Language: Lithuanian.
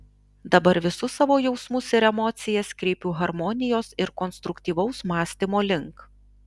dabar visus savo jausmus ir emocijas kreipiu harmonijos ir konstruktyvaus mąstymo link